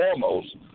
foremost